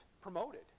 promoted